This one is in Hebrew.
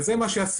וזה מה שעשינו.